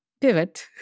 pivot